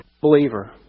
believer